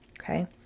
Okay